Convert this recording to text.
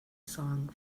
song